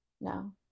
No